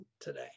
today